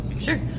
Sure